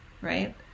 right